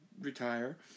retire